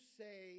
say